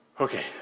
Okay